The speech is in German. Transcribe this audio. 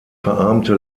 verarmte